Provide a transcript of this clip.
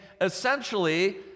essentially